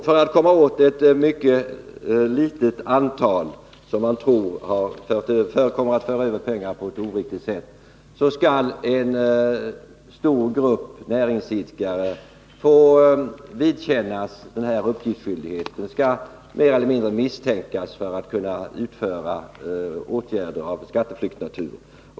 För att komma åt ett mycket litet antal personer, som man tror kommer att föra över pengar på ett oriktigt sätt, skall en stor grupp näringsidkare få vidkännas en särskild uppgiftsskyldighet och mer eller mindre misstänkas för att vidta åtgärder av skatteflyktsnatur.